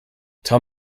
tell